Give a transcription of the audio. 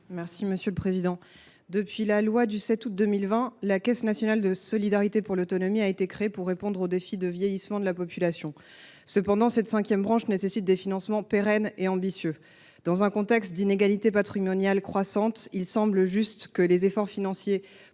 Briante Guillemont. Depuis la loi du 7 août 2020 relative à la dette sociale et à l’autonomie, la CNSA a été chargée de répondre aux défis du vieillissement de la population. Cependant, cette cinquième branche nécessite des financements pérennes et ambitieux. Dans un contexte d’inégalités patrimoniales croissantes, il semble juste que les efforts financiers